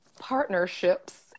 partnerships